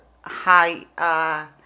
high